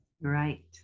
Right